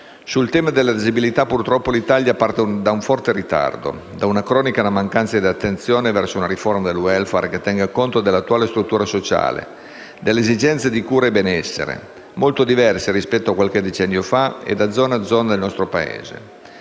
Sul tema della disabilità purtroppo l'Italia parte da un forte ritardo, da una cronica mancanza di attenzione verso una riforma del *welfare* che tenga conto dell'attuale struttura sociale, delle esigenze di cura e benessere, molto diverse rispetto a qualche decennio fa e da zona a zona del nostro Paese.